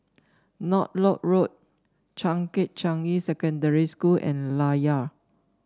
Northolt Road Changkat Changi Secondary School and Layar